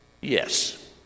Yes